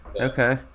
Okay